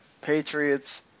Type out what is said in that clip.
Patriots